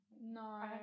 no